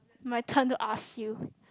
my turn to ask you